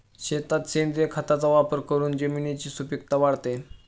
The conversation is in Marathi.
शेतात सेंद्रिय खताचा वापर करून जमिनीची सुपीकता वाढते